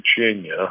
Virginia